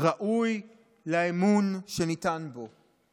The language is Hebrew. ראוי לאמון שניתן בו".